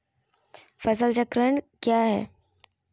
फसल चक्रण क्या है?